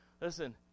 Listen